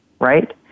right